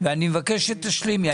אני מבקש שתשלימי,